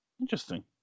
interesting